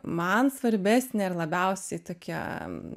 man svarbesnė ir labiausiai tokia